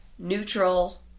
neutral